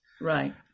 Right